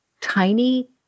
tiny